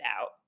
out